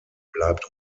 bleibt